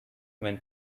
when